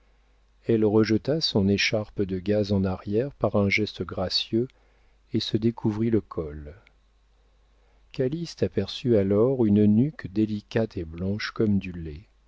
elle rejeta son écharpe de gaze en arrière par un geste gracieux et se découvrit le col calyste aperçut alors une nuque délicate et blanche comme du lait